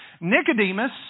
Nicodemus